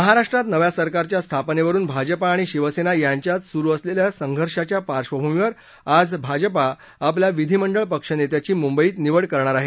महाराष्ट्रात नव्या सरकारच्या स्थापनेवरुन भाजप आणि शिवसेना यांच्यात सुरु असलेल्या संघर्षाच्या पार्श्वभूमीवर आज भाजपा आपल्या विधिमंडळ पक्षनेत्याची मुंबईत निवड करणार आहे